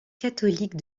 catholique